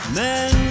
men